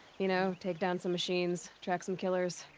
you know, take down some machines. track some killers.